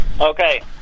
Okay